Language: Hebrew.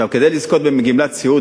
כדי לזכות בקצבת סיעוד,